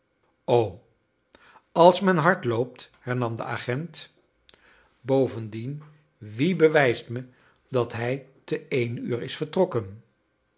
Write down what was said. o als men hard loopt hernam de agent bovendien wie bewijst me dat hij te een uur is vertrokken